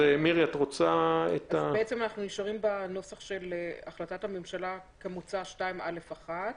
אנחנו נשארים בנוסח של החלטת הממשלה כמוצע לסעיף 2(א)(1)